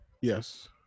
Yes